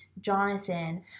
Jonathan